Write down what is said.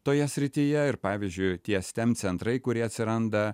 toje srityje ir pavyzdžiui tie stem centrai kurie atsiranda